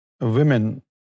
women